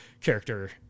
character